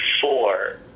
four